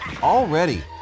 already